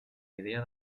idea